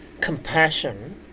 compassion